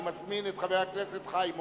אני מזמין את חבר הכנסת חיים אורון.